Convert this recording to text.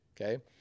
Okay